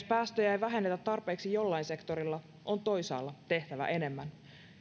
päästöjä ei vähennetä tarpeeksi jollain sektorilla on toisaalla tehtävä enemmän